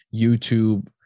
YouTube